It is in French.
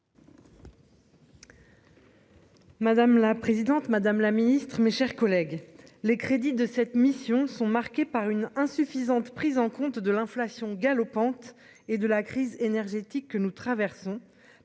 Madame la présidente, Madame la Ministre, mes chers collègues, les crédits de cette mission sont marqués par une insuffisante prise en compte de l'inflation galopante et de la crise énergétique que nous traversons,